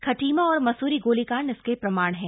खटीमा और मसूरी गोलीकांड इसके प्रमाण हैं